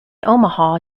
omaha